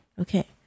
Okay